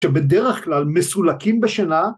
‫שבדרך כלל מסולקים בשנה.